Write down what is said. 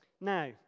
now